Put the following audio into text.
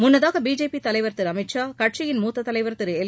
முன்னதாக பிஜேபி தலைவர் திரு அமித் ஷா கட்சியின் மூத்த தலைவர் திரு எல்